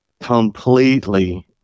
completely